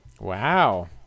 Wow